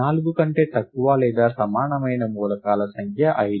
4 కంటే తక్కువ లేదా సమానమైన మూలకాల సంఖ్య 5